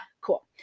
Cool